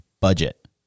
budget